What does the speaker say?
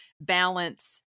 balance